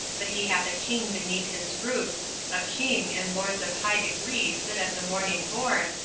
but he hath a king beneath his roof a king and lords of high degree sit at the morning board,